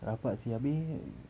rabak seh abeh